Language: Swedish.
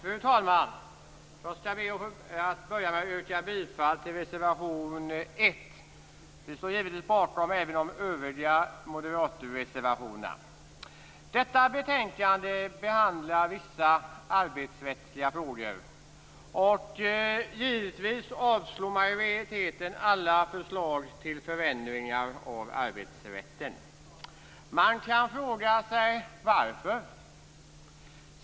Fru talman! Jag skall börja med att yrka bifall till reservation 1. Vi står givetvis bakom även de övriga moderata reservationerna. I detta betänkande behandlas vissa arbetsrättsliga frågor. Givetvis avstyrker majoriteten alla förslag till förändringar av arbetsrätten. Man kan fråga sig varför.